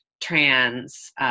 trans